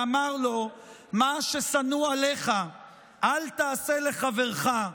ואמר לו: "מה ששנוא עליך אל תעשה לחברך,